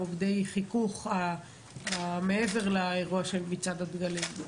מוקדי החיכוך מעבר לאירוע של מצעד הדגלים.